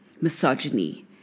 misogyny